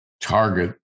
target